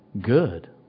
Good